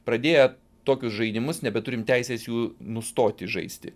pradėję tokius žaidimus nebeturim teisės jų nustoti žaisti